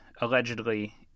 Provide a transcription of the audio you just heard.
allegedly